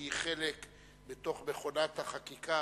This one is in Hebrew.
שהיא חלק מתוך מכונת החקיקה,